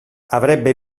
avrebbe